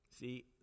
See